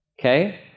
Okay